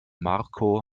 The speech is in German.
marco